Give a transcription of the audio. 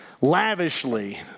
lavishly